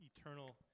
eternal